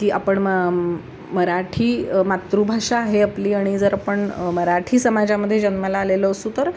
की आपण म मराठी मातृभाषा आहे आपली आणि जर आपण मराठी समाजामध्ये जन्माला आलेलो असू तर